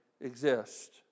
exist